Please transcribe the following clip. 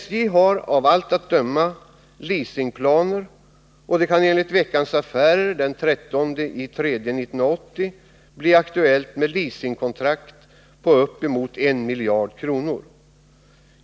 SJ har av allt att döma leasingplaner, och det kan enligt Veckans Affärer den 13 mars 1980 bli aktuellt med leasingkontrakt på upp mot 1 miljard kronor.